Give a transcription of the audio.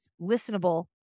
listenable